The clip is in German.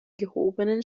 gehobenen